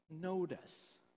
notice